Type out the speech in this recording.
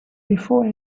before